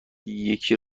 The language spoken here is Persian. یکی